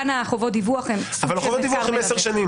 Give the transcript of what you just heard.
כאן חובות הדיווח סוג של --- חובות הדיווח הן עשר שנים.